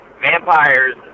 Vampires